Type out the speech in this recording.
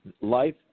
Life